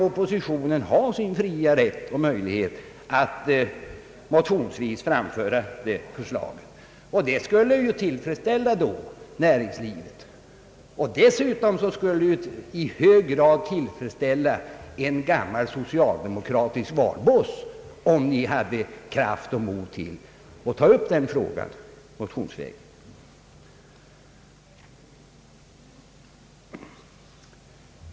Oppositionen har sin fria rätt och möjlighet att motionsvis framföra skatte beredningens förslag. Det skulle ju då tillfredsställa näringslivet. Dessutom skulle det i hög grad tillfredsställa en gammal socialdemokratisk valboss, om ni hade kraft och mod att ta upp denna fråga motionsvägen.